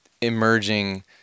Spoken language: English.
emerging